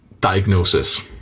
diagnosis